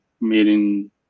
meeting